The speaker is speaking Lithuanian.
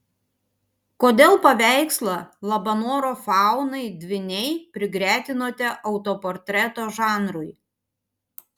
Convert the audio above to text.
kodėl paveikslą labanoro faunai dvyniai prigretinote autoportreto žanrui